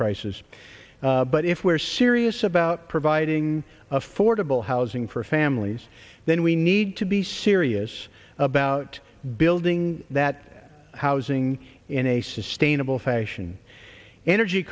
crisis but if we're serious about providing affordable housing for families then we need to be serious about building that housing in a sustainable fashion energy